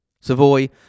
Savoy